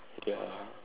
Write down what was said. ya